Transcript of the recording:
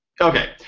Okay